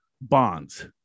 bonds